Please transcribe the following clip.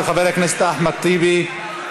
הצעה של חבר הכנסת אחמד טיבי.